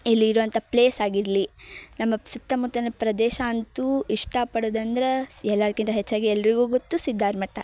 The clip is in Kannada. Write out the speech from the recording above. ಇಲ್ಲಿ ಇರುವಂಥ ಪ್ಲೇಸ್ ಆಗಿರಲಿ ನಮ್ಮ ಸುತ್ತಮುತ್ತಲಿನ ಪ್ರದೇಶ ಅಂತೂ ಇಷ್ಟ ಪಡೋದಂದ್ರೆ ಎಲ್ಲರ್ಕಿಂತ ಹೆಚ್ಚಾಗಿ ಎಲ್ಲರಿಗೂ ಗೊತ್ತು ಸಿದ್ಧಾರಮಠ